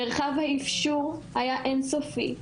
מרחב האפשור היה אין סופי,